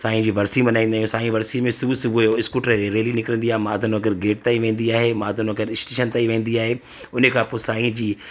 साईं जी वरसी मल्हाईंदा आहियूं साईं जी वरसी में सुबुह सुबुह जो स्कूटर जे रैली निकिरंदी आहे माधव नगर गेट ताईं वेंदी आहे माधव नगर स्टेशन ताईं वेंदी आहे उन खां पोइ साईं जी